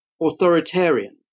Authoritarian